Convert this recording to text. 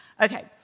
Okay